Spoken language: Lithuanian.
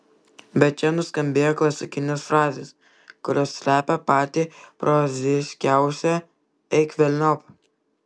bet čia nuskambėjo klasikinės frazės kurios slepia patį proziškiausią eik velniop